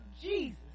Jesus